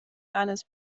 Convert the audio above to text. eines